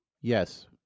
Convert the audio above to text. Yes